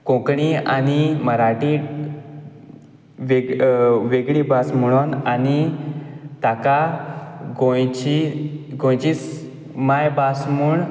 कोंकणी आनी मराठी वेगळी भास म्हुणोन आनी ताका गोंयची गोंयची मायभास म्हूण